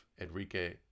Enrique